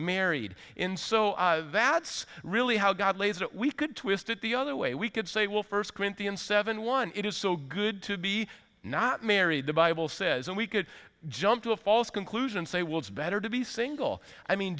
married in so that's really how god lays it we could twist it the other way we could say well first corinthians seven one it is so good to be not married the bible says and we could jump to a false conclusion and say well it's better to be single i mean